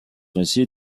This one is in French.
récit